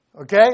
okay